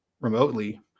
remotely